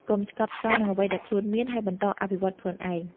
កុំស្កប់ស្កល់នឹងអ្វីដែលខ្លួនមាន ហើយបន្តអភិវឌ្ឍខ្លួនឯង។